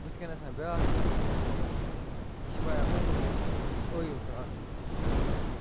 بُتھہِ کَنۍ آسان بیٛاکھ تِم کیٛاہ مطلب یہِ چھُ بھایا اومُے کٲش ٲیُل کارخان یہِ چھُنہٕ صحیٖح کیٚنٛہہ